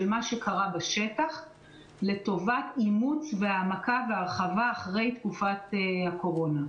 מה שקרה בשטח לטובת אימוץ והעמקה והרחבה אחרי תקופת הקורונה.